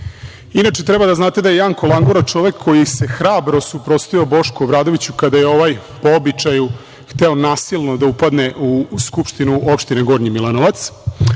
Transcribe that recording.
treba da znate da je Janko Langura čovek koji se hrabro suprotstavio Bošku Obradoviću kada je ovaj, po običaju, hteo nasilno da upadne u SO Gornji Milanovac,